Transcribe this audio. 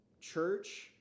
church